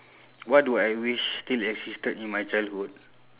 what do I wish still existed in my childhood